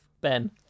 Ben